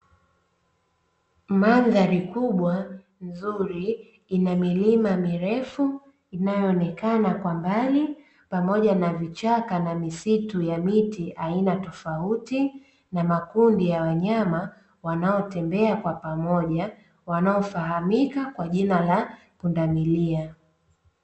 Mandhari kubwa nzuri, ina milima mirefu inayoonekana kwa mbali pamoja na vichaka na misitu ya miti aina tofauti, na makundi ya wanyama wanaotembea kwa pamoja, wanaofahamika kwa jina la Pundamilia.